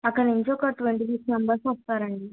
అక్కడ నుంచి ఒక ట్వెంటీ సిక్స్ మెంబర్స్ వస్తారండి